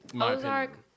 Ozark